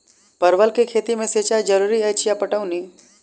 परवल केँ खेती मे सिंचाई जरूरी अछि या पटौनी?